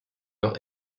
leur